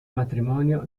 matrimonio